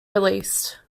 released